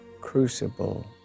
crucible